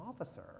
officer